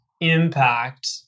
impact